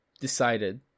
decided